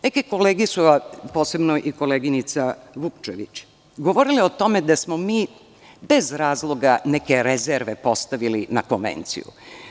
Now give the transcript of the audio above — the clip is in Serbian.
Neke kolege su, posebno i koleginica Vukčević, govorile o tome da smo mi bez razloga neke rezerve postavili na Konvenciju.